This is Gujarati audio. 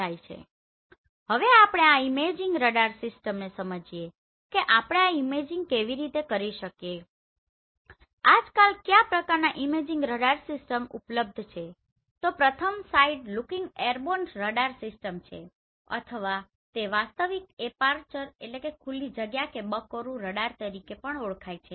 ચાલો હવે આપણે આ ઈમેજિંગ રડાર સિસ્ટમને સમજીએ કે આપણે આ ઇમેજિંગ કેવી રીતે કરી શકીએ અને આજકાલ કયા પ્રકારનાં ઇમેજીંગ રડાર સિસ્ટમો ઉપલબ્ધ છે તો પ્રથમ side looking airborne radar system છે અથવા તે વાસ્તવિક એપાર્ચરAparture ખુલ્લી જગ્યા કે બાકોરું રડાર તરીકે પણ ઓળખાય છે